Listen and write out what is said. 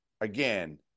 again